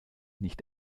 nicht